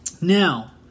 Now